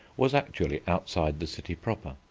was actually outside the city proper,